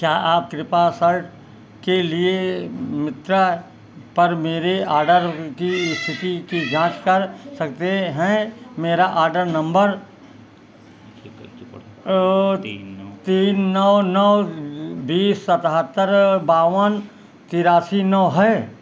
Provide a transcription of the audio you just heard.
क्या आप कृपया सर्ट के लिए मित्रा पर मेरे ऑर्डर की स्थिति की जाँच कर सकते हैं मेरा आर्डर नंबर तीन नौ नौ बीस सतहत्तर बावन तेरासी नौ है